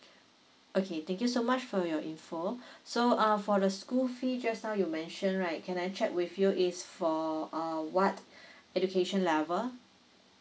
okay thank you so much for your info so uh for the school fee just now you mentioned right can I check with you is for uh what education level